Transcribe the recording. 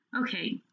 Okay